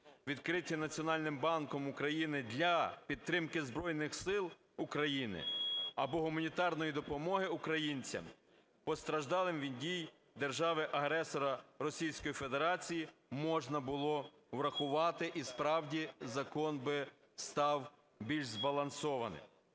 відкриті Національним банком України для підтримки Збройних Сил України, або гуманітарної допомоги українцям, постраждалим від дій держави-агресора Російської Федерації, можна було врахувати, і справді закон би став більш збалансованим.